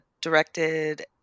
directed